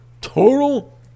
Total